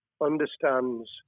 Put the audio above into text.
understands